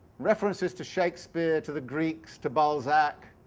references to shakespeare, to the greeks, to balzac,